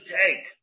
take